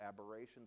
aberrations